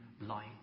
light